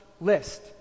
list